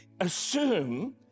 assume